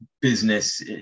business